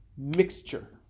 mixture